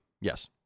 Yes